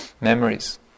memories